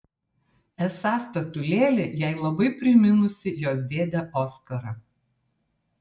esą statulėlė jai labai priminusi jos dėdę oscarą